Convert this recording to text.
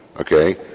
Okay